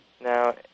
now